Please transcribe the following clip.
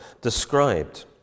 described